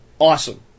awesome